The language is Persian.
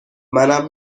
منم